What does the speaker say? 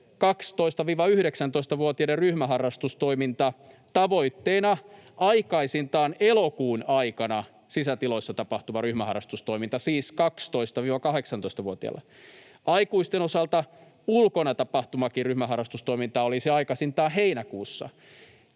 12—19-vuotiaiden ryhmäharrastustoiminnassa tavoitteena on aikaisintaan elokuun aikana sisätiloissa tapahtuva ryhmäharrastustoiminta, siis 12—19-vuotiaille. Aikuisten osalta ulkonakin tapahtuvaa ryhmäharrastustoimintaa olisi aikaisintaan heinäkuussa.